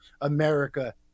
America